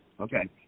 Okay